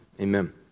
Amen